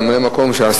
ולבקשת עיריית